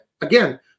again